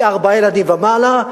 מארבעה ילדים ומעלה,